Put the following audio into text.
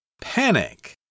Panic